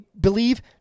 believe